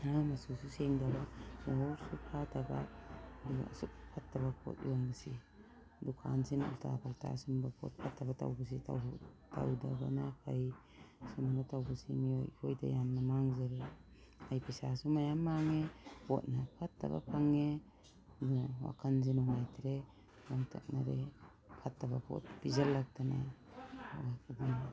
ꯁꯅꯥ ꯃꯆꯨꯁꯨ ꯁꯦꯡꯗꯕ ꯃꯣꯍꯣꯔꯁꯨ ꯐꯥꯗꯕ ꯑꯗꯨꯒ ꯑꯁꯨꯛ ꯐꯠꯇꯕ ꯄꯣꯠ ꯌꯣꯟꯕꯁꯤ ꯗꯨꯀꯥꯟꯁꯤꯅ ꯎꯜꯇꯥ ꯐꯨꯜꯇꯥ ꯁꯤꯒꯨꯝꯕ ꯄꯣꯠ ꯐꯠꯇꯕ ꯇꯧꯕꯁꯤ ꯇꯧꯗꯕꯅ ꯐꯩ ꯁꯨꯃꯥꯏꯅ ꯇꯧꯕꯁꯤ ꯃꯤꯑꯣꯏ ꯑꯩꯈꯣꯏꯗ ꯌꯥꯝꯅ ꯃꯥꯡꯖꯔꯦ ꯑꯩ ꯄꯩꯁꯥꯁꯨ ꯃꯌꯥꯝ ꯃꯥꯡꯉꯦ ꯄꯣꯠꯅ ꯐꯠꯇꯕ ꯐꯪꯉꯦ ꯑꯗꯨꯅ ꯋꯥꯈꯜꯁꯤ ꯅꯨꯡꯉꯥꯏꯇ꯭ꯔꯦ ꯂꯥꯡꯇꯛꯅꯔꯦ ꯐꯠꯇꯕ ꯄꯣꯠ ꯄꯤꯁꯜꯂꯛꯇꯅ